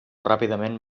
ràpidament